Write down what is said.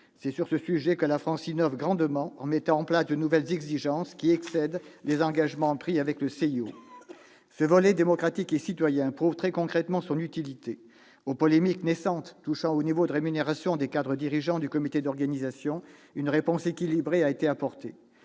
C'est sur ce sujet que la France innove grandement en mettant en place de nouvelles exigences, qui excèdent les engagements pris devant le CIO. Ce volet démocratique et citoyen prouve très concrètement son utilité. Aux polémiques naissantes touchant au niveau de rémunération des cadres dirigeants du Comité d'organisation, une réponse équilibrée a été apportée.